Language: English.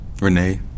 Renee